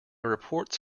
reports